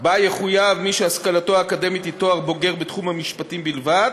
שבו יחויב מי שהשכלתו האקדמית היא תואר בוגר בתחום המשפטים בלבד,